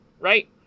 right